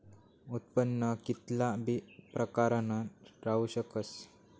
उत्पन्न कित्ला बी प्रकारनं राहू शकस